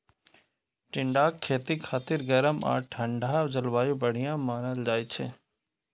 टिंडाक खेती खातिर गरम आ ठंढा जलवायु बढ़िया मानल जाइ छै